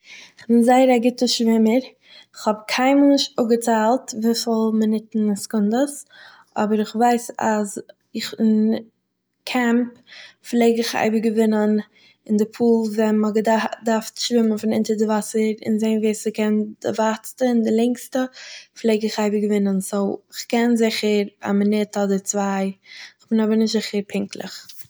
איך בין זייער א גוטע שווימער, כ'האב קיינמאל נישט אפגעציילט וויפיל מינוטן און סעקונדעס, אבער איך ווייס אז איך אין קעמפ פלעג איך אייביג געווינען אין די פול ווען מ'האט געדארפט שווימען פון אונטער די וואסער און זעהן ווער ס'קען די ווייטסטע און די לאנגסטע פלעג איך אייביג געווינען, סו, איך קען זיכער א מינוט אדער צוויי. איך בין אבער נישט זיכער פונקטלעך